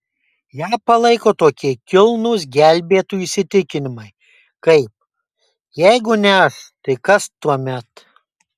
ją palaiko tokie kilnūs gelbėtojų įsitikinimai kaip jeigu ne aš tai kas tuomet